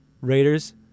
Raiders